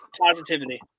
positivity